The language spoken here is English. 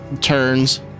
turns